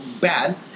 bad